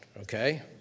Okay